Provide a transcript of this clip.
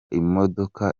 imodoka